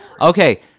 Okay